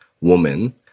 woman